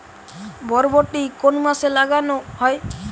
বরবটি কোন মাসে লাগানো হয়?